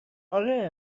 آره